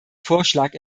vorschlag